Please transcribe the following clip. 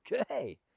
okay